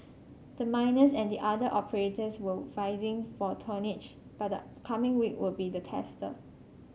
the miners and other operators were vying for tonnage but the coming week will be the tester